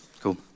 cool